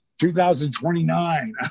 2029